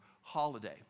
holiday